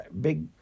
Big